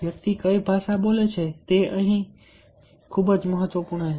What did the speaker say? વ્યક્તિ કઈ ભાષા બોલે છે તે અહીં આ ખૂબ જ મહત્વપૂર્ણ છે